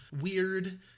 weird